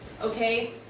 okay